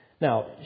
Now